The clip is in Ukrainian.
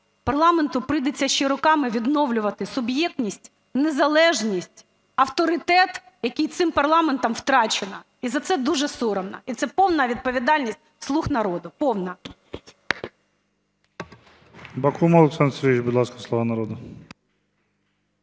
парламенту прийдеться ще роками відновлювати суб'єктність, незалежність, авторитет, який цим парламентом втрачено, і за це дуже соромно, і це повна відповідальність "слуг народу", повна!